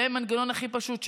זה המנגנון הכי פשוט שיש.